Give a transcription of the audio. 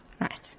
Right